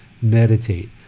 Meditate